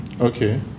Okay